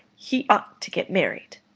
he ought to get married.